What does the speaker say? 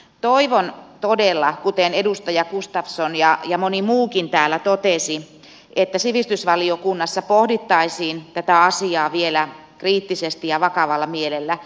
toivon todella kuten edustaja gustafsson ja moni muukin täällä totesi että sivistysvaliokunnassa pohdittaisiin tätä asiaa vielä kriittisesti ja vakavalla mielellä